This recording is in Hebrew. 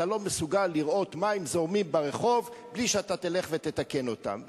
אתה לא מסוגל לראות מים זורמים ברחוב בלי שאתה תלך ותתקן אותם,